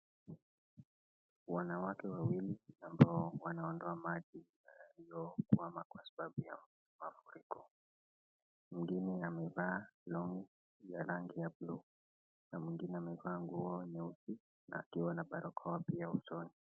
Wanawake wawili ambao wanaondoa maji yaliokwama kwa sababu ya mafuriko. Mwingine amevaa longi ya rangi ya buluu na mwingine amevaa nguo nyeupe na akiwa na barakoa pia usono.